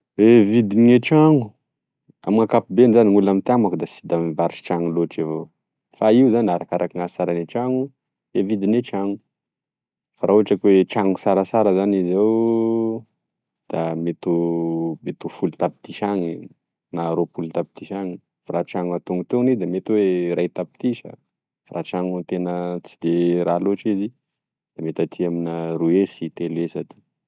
E vidigne trano da amin'ankapobeny zany gn'olona amintiany manko da- da tsy mivarotry trano loatry avao fa io zany arakarake asaragne trano gne vidigne trano fa raha ohatry ka hoe trano sarasara zany izy eo da mety ho mety ho folo tapitrisa any na roapolo tapitrisa any raha trano antonotony izy da mety oe ray tapitrisa raha trano tena tsy de raha lotry izy da mety aty amina roa hesy telo hesy aty.